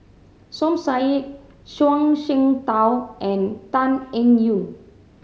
Som Said Zhuang Shengtao and Tan Eng Yoon